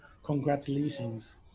Congratulations